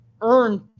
earned